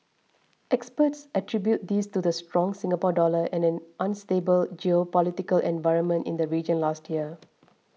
experts attribute this to the strong Singapore Dollar and an unstable geopolitical environment in the region last year